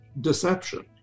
deception